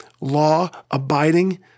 law-abiding